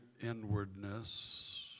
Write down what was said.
inwardness